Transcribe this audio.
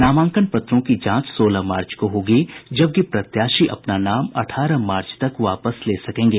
नामांकन पत्रों की जांच सोलह मार्च को होगी जबकि प्रत्याशी अपना नाम अठारह मार्च तक वापस ले सकेंगे